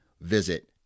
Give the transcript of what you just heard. visit